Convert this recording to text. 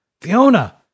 Fiona